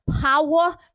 power